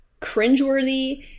cringeworthy